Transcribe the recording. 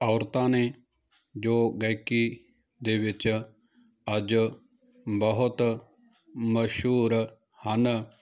ਔਰਤਾਂ ਨੇ ਜੋ ਗਾਇਕੀ ਦੇ ਵਿੱਚ ਅੱਜ ਬਹੁਤ ਮਸ਼ਹੂਰ ਹਨ